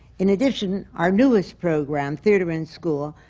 in addition, our newest program, theatre in school,